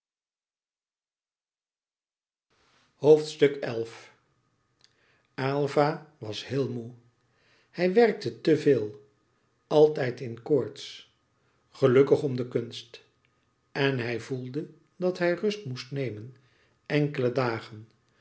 aylva was heel moê hij werkte te veel altijd in koorts gelukkig om de kunst en hij voelde dat hij rust moest nemen enkele dagen